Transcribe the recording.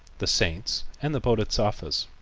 the saints and the bodhisattvas.